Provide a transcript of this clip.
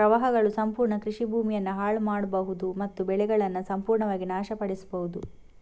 ಪ್ರವಾಹಗಳು ಸಂಪೂರ್ಣ ಕೃಷಿ ಭೂಮಿಯನ್ನ ಹಾಳು ಮಾಡ್ಬಹುದು ಮತ್ತು ಬೆಳೆಗಳನ್ನ ಸಂಪೂರ್ಣವಾಗಿ ನಾಶ ಪಡಿಸ್ಬಹುದು